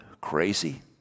crazy